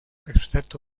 excepto